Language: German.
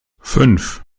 fünf